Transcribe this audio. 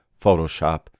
Photoshop